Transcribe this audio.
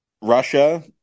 russia